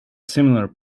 similar